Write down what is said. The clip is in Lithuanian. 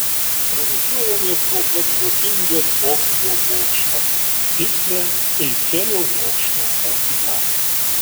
pravažiuojame pro pat juokingą tokijo bokštą tikslią eifelio bokšto kopiją